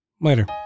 Later